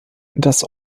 das